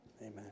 Amen